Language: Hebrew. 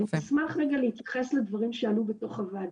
אני אשמח רגע להתייחס לדברים שעלו בתוך הוועדה.